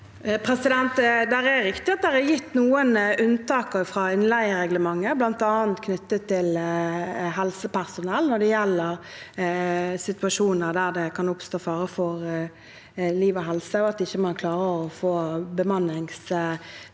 Det er riktig at det er gitt noen unntak fra innleiereglementet, bl.a. knyttet til helsepersonell, når det gjelder situasjoner der det kan oppstå fare for liv og helse og man ikke klarer å få bemanningssituasjonen